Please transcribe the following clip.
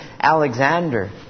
Alexander